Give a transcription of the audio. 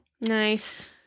Nice